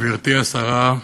גברתי השרה,